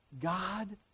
God